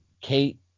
Kate